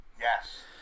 Yes